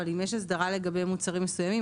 אבל אם יש הסדרה לגבי מוצרים מסוימים,